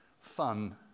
fun